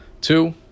Two